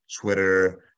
twitter